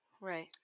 Right